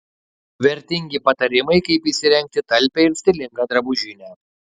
vertingi patarimai kaip įsirengti talpią ir stilingą drabužinę